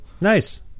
nice